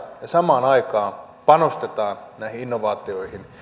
ja samaan aikaan panostetaan näihin innovaatioihin